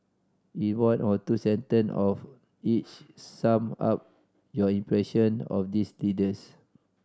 in one or two sentence of each sum up your impression of these leaders